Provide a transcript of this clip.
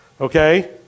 Okay